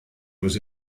was